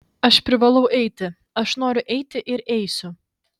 aš privalau eiti aš noriu eiti ir eisiu